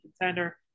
contender